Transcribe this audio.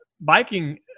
biking